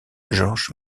george